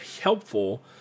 helpful